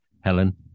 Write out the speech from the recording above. Helen